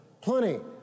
Plenty